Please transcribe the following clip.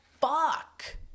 fuck